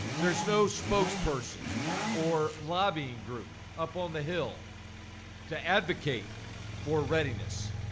there's no spokesperson or lobbying group up on the hill to advocate for readiness.